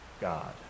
God